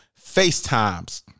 FaceTimes